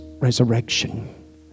resurrection